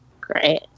Great